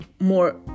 more